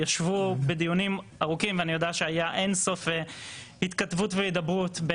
ישבו בדיונים ארוכים ואני יודע שהיו אין סוף התכתבויות והידברויות,